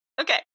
Okay